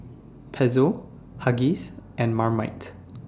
Pezzo Huggies and Marmite